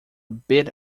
bit